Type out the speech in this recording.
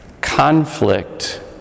conflict